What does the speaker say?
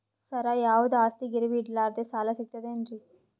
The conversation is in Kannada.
ಸರ, ಯಾವುದು ಆಸ್ತಿ ಗಿರವಿ ಇಡಲಾರದೆ ಸಾಲಾ ಸಿಗ್ತದೇನ್ರಿ?